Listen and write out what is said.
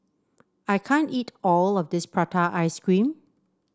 I can't eat all of this Prata Ice Cream